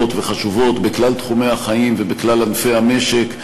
וחשובות בכלל תחומי החיים ובכלל ענפי המשק,